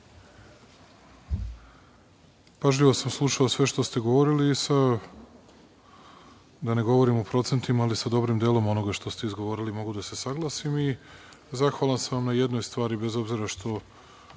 pažnju. Pažljivo sam slušao sve što ste govorili i, da ne govorim o procentima, ali sa dobrim delom onoga što ste izgovorili mogu da se saglasim. Zahvalan sam vam na jednoj stvari, bez obzira što